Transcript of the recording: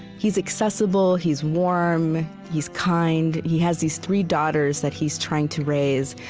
he's accessible he's warm he's kind. he has these three daughters that he's trying to raise,